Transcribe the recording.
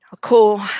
Cool